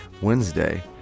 Wednesday